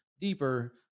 deeper